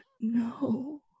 no